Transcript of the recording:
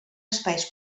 espais